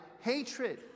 hatred